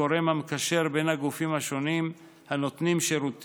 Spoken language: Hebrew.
גורם המקשר בין הגופים השונים הנותנים שירות